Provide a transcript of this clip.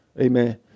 Amen